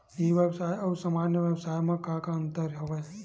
ई व्यवसाय आऊ सामान्य व्यवसाय म का का अंतर हवय?